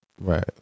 Right